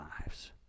lives